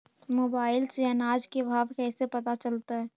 Mobile से अनाज के भाव कैसे पता चलतै?